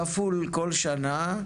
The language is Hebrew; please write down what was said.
כפול כל שנה,